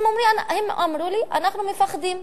אמרו לי: אנחנו מפחדים.